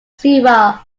sewall